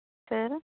सोर